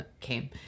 Came